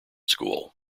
school